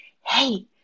hey